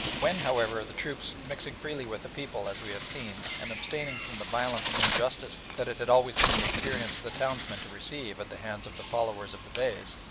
when, however, the troops mixing freely with the people, as we have seen, and abstaining from the violence and injustice that it had always been the experience of the townsmen to receive at the hands of the followers of the beys,